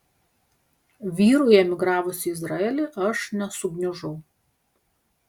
vyrui emigravus į izraelį aš nesugniužau